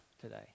today